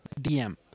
DM